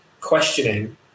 questioning